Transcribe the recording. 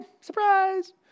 Surprise